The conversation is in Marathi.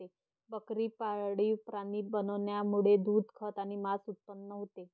बकरी पाळीव प्राणी बनवण्यामुळे दूध, खत आणि मांस उत्पन्न होते